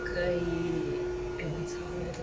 可以可以